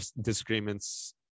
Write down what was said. disagreements